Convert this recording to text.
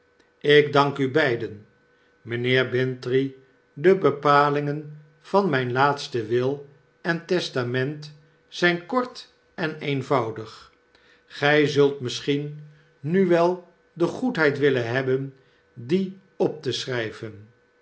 ik dank u beiden mynheer bintrey debepalingen van myn laatsten wil en testament zijn kort en eenvoudig gij zult misschien nu-wel de goedheid willen hebben die op te schrijven